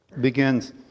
begins